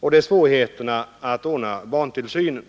dels svårigheter med att ordna barntillsynen.